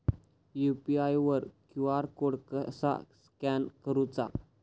UPI वर QR code कसा scan करूचा?